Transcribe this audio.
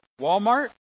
Walmart